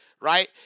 right